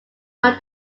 try